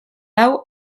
hau